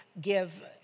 give